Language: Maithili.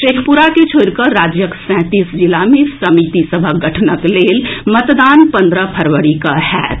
शेखपुरा के छोड़ि कऽ राज्यक सैंतीस जिला मे समिति सभक गठनक लेल मतदान पन्द्रह फरवरी के होएत